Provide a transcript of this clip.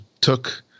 took